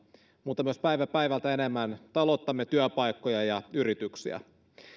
mutta päivä päivältä enemmän myös talouttamme työpaikkoja ja yrityksiä